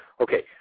Okay